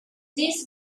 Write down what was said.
this